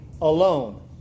alone